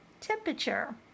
temperature